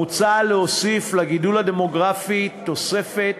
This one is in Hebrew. מוצע להוסיף לגידול הדמוגרפי תוספת